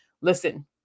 listen